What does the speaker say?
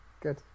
good